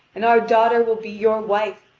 and our daughter will be your wife,